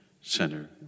Center